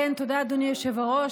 תודה, אדוני היושב-ראש.